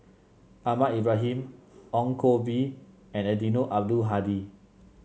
Ahmad Ibrahim Ong Koh Bee and Eddino Abdul Hadi